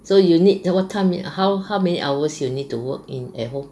so you need what time how how many hours you need to work in at home